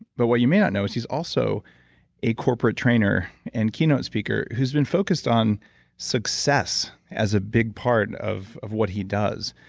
but what you may not know is he's also a corporate trainer and keynote speaker who's been focused on success as a big part of of what he does,